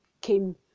came